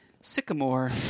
sycamore